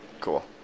Cool